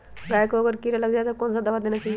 गाय को अगर कीड़ा हो जाय तो कौन सा दवा देना चाहिए?